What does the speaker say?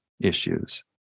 issues